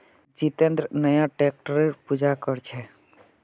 जितेंद्र नया ट्रैक्टरेर पूजा कर छ